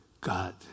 God